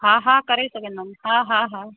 हा हा करे सघंदमि हा हा हा